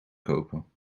kopen